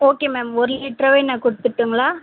okay ma'am ஒரு லிட்டராவே நான் கொடுத்துட்டுங்களா